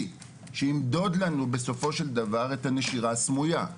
שימדוד לנו בסופו של דבר את הנשירה הסמויה.